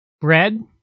Bread